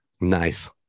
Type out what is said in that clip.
Nice